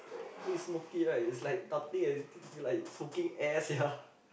we smoke it right is like nothing sia like smoking air sia